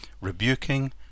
rebuking